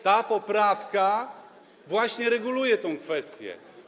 Ta poprawka właśnie reguluje tę kwestię.